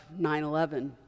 9-11